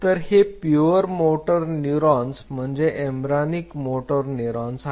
तर हे pure motor neuron म्हणजे एम्ब्र्योनिक मोटर न्यूरॉन आहेत